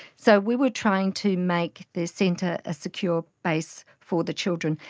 so we were trying to make the centre a secure base for the children.